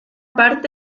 parte